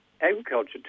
agriculture